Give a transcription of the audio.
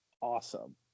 awesome